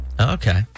Okay